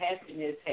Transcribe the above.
happiness